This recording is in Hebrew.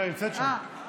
לא, היא נמצאת שם.